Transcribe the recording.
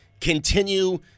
Continue